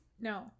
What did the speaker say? No